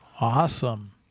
Awesome